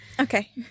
Okay